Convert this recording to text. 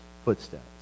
footsteps